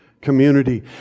community